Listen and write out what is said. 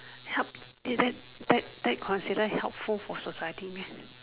help that that that confident helpful for society